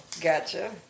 Gotcha